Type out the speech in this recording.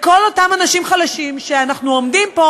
לכל אותם אנשים חלשים, שאנחנו עומדים פה